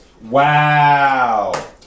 Wow